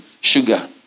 sugar